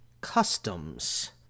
customs